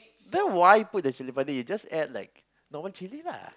then why put the chilli-padi just add like normal chilli lah